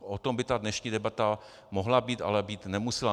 O tom by ta dnešní debata mohla být, ale být nemusela.